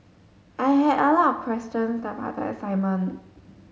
I had a lot of question about the assignment